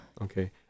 Okay